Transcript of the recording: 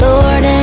Lord